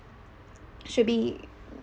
should be